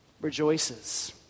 rejoices